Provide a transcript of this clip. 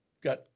got